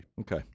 Okay